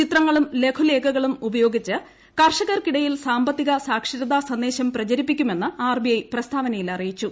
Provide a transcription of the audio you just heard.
ചിത്രങ്ങളും ലഘുലേഖകളും ഉപയോഗിച്ച് കർഷകർക്കിടയിൽ സാമ്പത്തിക സാക്ഷരതാ സന്ദേശം പ്രചരിപ്പിക്കുമെന്ന് ആർ ബി ഐ പ്രസ്താവനയിൽ അറിയിച്ചു